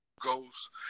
Ghost